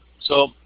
so,